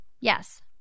Yes